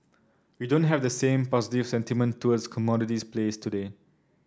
we don't have the same positive sentiment towards commodities plays today